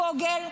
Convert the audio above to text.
פוגל,